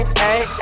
hey